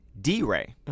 D-Ray